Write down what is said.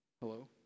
Hello